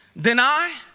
deny